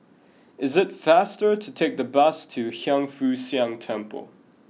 is it faster to take the bus to Hiang Foo Siang Temple